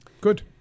good